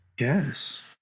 Yes